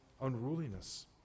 unruliness